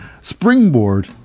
springboard